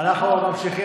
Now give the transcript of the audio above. אנחנו עוד ממשיכים.